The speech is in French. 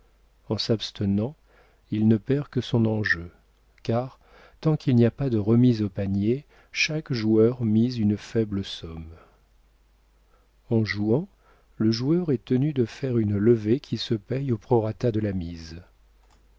en s'abstenant il ne perd que son enjeu car tant qu'il n'y a pas de remises au panier chaque joueur mise une faible somme en jouant le joueur est tenu de faire une levée qui se paye au prorata de la mise